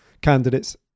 candidates